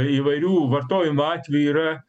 įvairių vartojimo atvejų yra